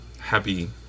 happy